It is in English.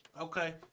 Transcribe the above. Okay